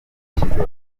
ushyizemo